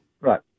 Right